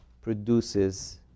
produces